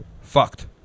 fucked